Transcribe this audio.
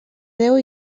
deu